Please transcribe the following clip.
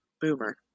Boomer